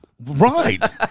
Right